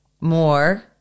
more